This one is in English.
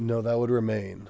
no that would remain